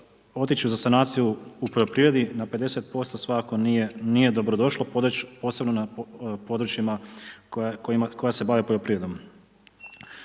otići za sanaciju u poljoprivredi na 50% svakako nije dobrodošlo, posebno na područjima koja se bave poljoprivredom.